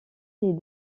les